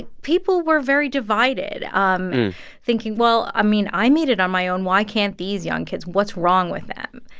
people were very divided, um thinking, well, i mean, i made it on my own. why can't these young kids? what's wrong with them?